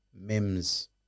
mims